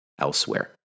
elsewhere